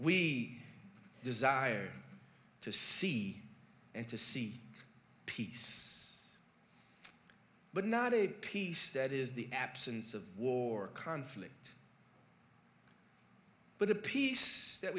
we desire to see and to see peace but not a peace that is the absence of war conflict but a peace that